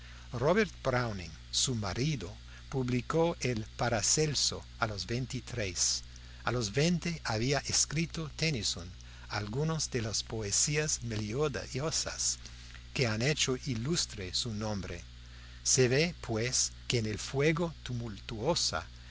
robert browning su marido publicó el paracelso a los veintitrés a los veinte había escrito tennyson algunas de las poesías melodiosas que han hecho ilustre su nombre se ve pues que en el fuego tumultuoso